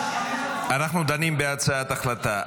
אנחנו דנים בהצעת ההחלטה.